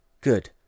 Good